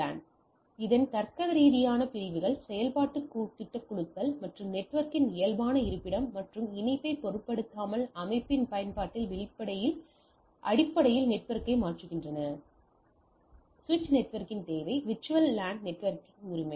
VLAN இன் தர்க்கரீதியான பிரிவுகள் செயல்பாட்டு திட்ட குழுக்கள் அல்லது நெட்வொர்க்கின் இயல்பான இருப்பிடம் மற்றும் இணைப்பைப் பொருட்படுத்தாமல் அமைப்பின் பயன்பாட்டின் அடிப்படையில் நெட்வொர்க்கை மாற்றுகின்றன எனவே சுவிட்ச் நெட்வொர்க்கின் தேவை VLAN நெட்வொர்க் உரிமை